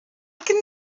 can